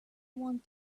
want